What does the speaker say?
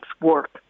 work